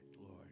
Lord